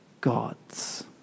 gods